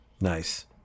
nice